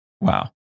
Wow